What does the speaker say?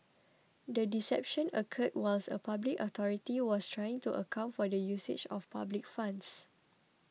the deception occurred whilst a public authority was trying to account for the usage of public funds